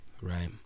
right